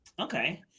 Okay